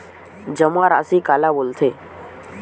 जमा राशि काला बोलथे?